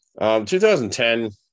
2010